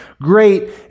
great